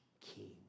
king